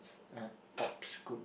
at